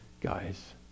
guys